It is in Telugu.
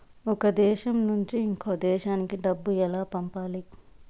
ఒక దేశం నుంచి ఇంకొక దేశానికి డబ్బులు ఎలా పంపాలి?